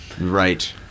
Right